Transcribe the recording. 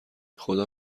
خدا